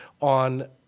on